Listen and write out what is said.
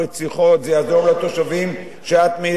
זה יעזור לתושבים שאת מייצגת.